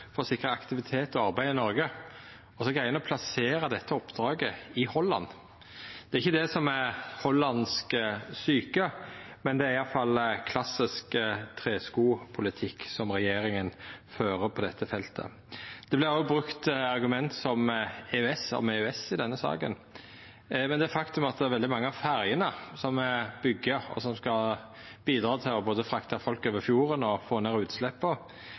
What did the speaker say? for å sikra aktivitet og arbeid i Noreg, og så greier ein å plassera dette oppdraget i Holland. Det er ikkje det som er «hollandsk syke», men det er i alle fall klassisk treskopolitikk som regjeringa fører på dette feltet. Det vert òg brukt argument om EØS i denne saka, men det er eit faktum at veldig mange av ferjene som me får bygd, som skal bidra til både å frakta folk over fjorden og få ned utsleppa,